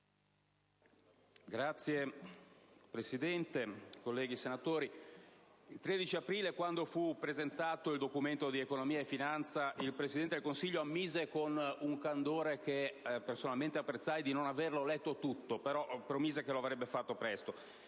Signor Presidente, il 13 aprile scorso, quando fu presentato il Documento di economia e finanza, il Presidente del Consiglio ammise - con un candore che personalmente apprezzai - di non averlo letto tutto, ma promise che l'avrebbe fatto presto.